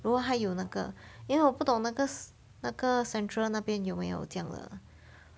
如果还有那个因为我不懂那个那个 central 那边有没有这样的